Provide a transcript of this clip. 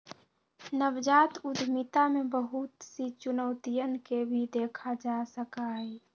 नवजात उद्यमिता में बहुत सी चुनौतियन के भी देखा जा सका हई